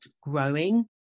growing